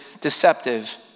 deceptive